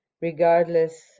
regardless